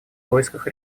поисках